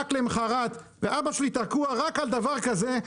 רק למחרת, ואבא שלי תקוע רק על דבר כזה,